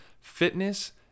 fitness